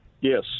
Yes